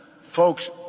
folks